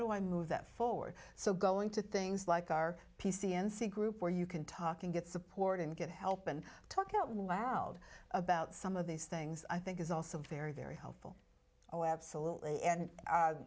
do i move that forward so going to things like r p c n c group where you can talk and get support and get help and talk out wowed about some of these things i think is also very very helpful oh absolutely and